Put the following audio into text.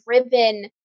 driven